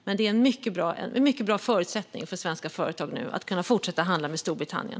Men avtalet ger mycket bra förutsättningar för svenska företag att fortsätta handla med Storbritannien.